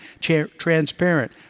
transparent